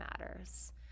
matters